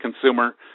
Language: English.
consumer